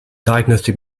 diagnostic